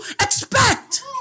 expect